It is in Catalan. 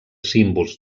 símbols